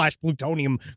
plutonium